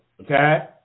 Okay